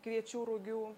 kviečių rugių